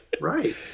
Right